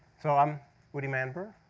so i'm udi manber.